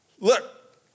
look